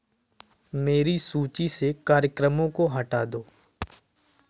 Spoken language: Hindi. मेरी सूची से कार्यक्रमों को हटा दो